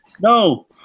no